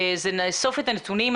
זה נאסוף את הנתונים.